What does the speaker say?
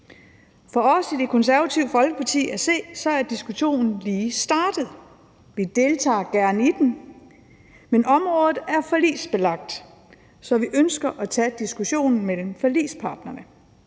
For os i Det Konservative Folkeparti at se er diskussionen lige startet. Vi deltager gerne i den, men området er forligsbelagt, så vi ønsker at tage diskussionen mellem forligsparterne.